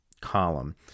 column